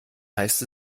heißt